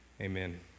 Amen